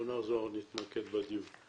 בואו נחזור ונתמקד בדיון.